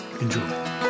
Enjoy